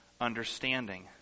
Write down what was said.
understanding